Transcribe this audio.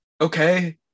okay